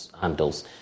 handles